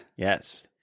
Yes